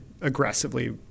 aggressively